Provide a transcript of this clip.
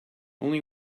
only